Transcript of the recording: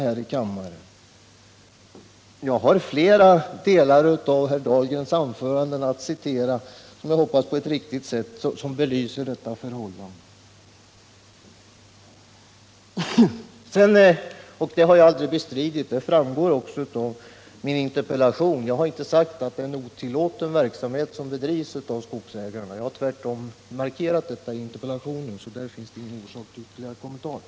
Jag kan citera flera delar av herr Dahlgrens anförande som belyser det. Jag har aldrig sagt att det är en otillåten verksamhet som bedrivs av skogsägarna — jag har tvärtom i interpellationen markerat att det inte är så. På den punkten finns det ingen anledning till ytterligare kommentarer.